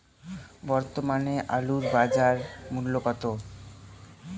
বর্তমানে আলুর বাজার মূল্য কত?